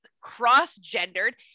cross-gendered